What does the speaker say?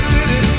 City